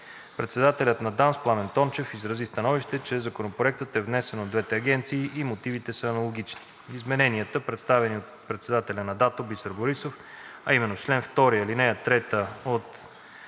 Председателят на ДАНС Пламен Тончев изрази становище, че Законопроектът е внесен от двете агенции и мотивите са аналогични. Измененията, представени от председателя на ДАТО Бисер Борисов, а именно в чл. 2, ал. 3 от